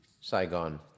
Saigon